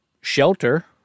shelter